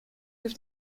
with